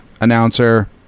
announcer